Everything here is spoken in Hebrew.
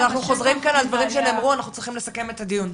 אנחנו חוזרים כאן על דברים שנאמרו ואנחנו צריכים לסכם את הדיון.